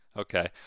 Okay